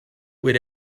with